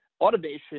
automation